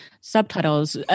subtitles